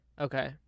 Okay